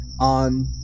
on